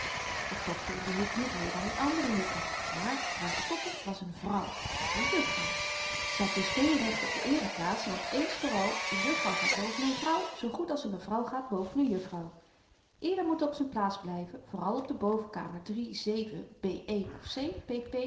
het tochtte in dien hoek niet meer dan in andere hoeken maar vrouw stotter was n vrouw en geen juffrouw ze had dus geen recht op de eereplaats want eens vooral n juffrouw gaat boven n vrouw zoo goed als n mevrouw gaat boven n juffrouw ieder moet op z'n plaats blyven vooral op bovenkamer iii b of